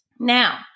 Now